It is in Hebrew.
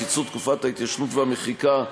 קיצור תקופת ההתיישנות והמחיקה,